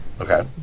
Okay